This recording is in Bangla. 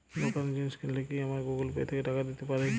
দোকানে জিনিস কিনলে কি আমার গুগল পে থেকে টাকা দিতে পারি?